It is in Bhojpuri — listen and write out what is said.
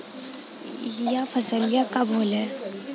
यह फसलिया कब होले?